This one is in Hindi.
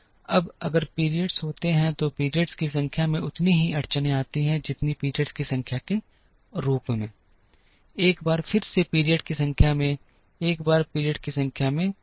अब अगर पीरियड्स होते हैं तो पीरियड्स की संख्या में उतनी ही अड़चनें आती हैं जितनी पीरियड्स की संख्या के रूप में एक बार फिर से पीरियड्स की संख्या में एक बार पीरियड्स की संख्या में कमी हो जाती है